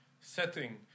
setting